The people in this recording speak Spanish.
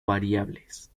variables